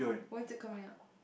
when's it coming out